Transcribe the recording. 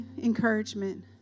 encouragement